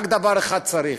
רק דבר אחד צריך: